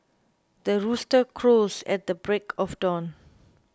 the rooster crows at the break of dawn